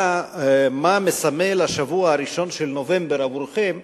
מה מסמל השבוע הראשון של נובמבר עבורכם?